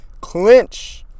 Clinch